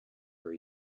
for